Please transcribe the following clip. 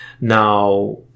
now